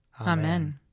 Amen